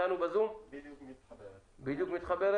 היא מובילת הצעת החוק.